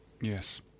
Yes